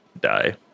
die